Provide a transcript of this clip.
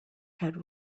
had